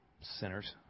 Sinners